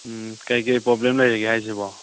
ꯀꯩꯀꯩ ꯄ꯭ꯔꯣꯕ꯭ꯂꯦꯝ ꯂꯩꯔꯒꯦ ꯍꯥꯏꯁꯤꯕꯣ